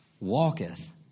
walketh